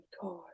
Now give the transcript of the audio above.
God